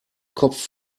kopf